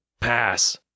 Pass